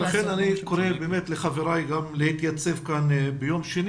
אני באמת קורא לחבריי להתייצב כאן ביום שני